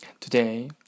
today